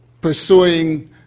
pursuing